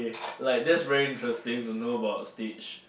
K like that's very interesting to know about Stitch